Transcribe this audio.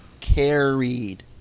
carried